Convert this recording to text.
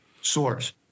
source